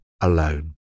alone